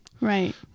Right